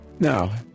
Now